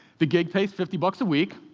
the gig pays fifty bucks a week.